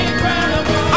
incredible